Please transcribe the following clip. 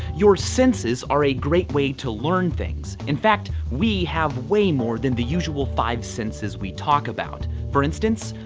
your senses are a great way to learn things. in fact, we have way more than the usual five senses we talk about. for instance,